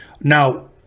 now